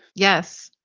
yes.